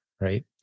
Right